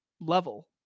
level